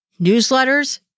newsletters